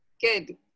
good